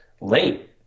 late